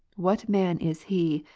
what man is he,